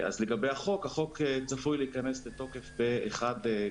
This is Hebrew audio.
אז לגבי החוק, החוק צפוי להיכנס לתוקף ב-1 בדצמבר,